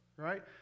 right